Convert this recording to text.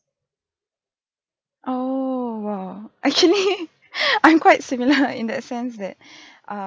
oo !wow! actually I'm quite similar in that sense that err